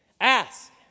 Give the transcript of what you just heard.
ask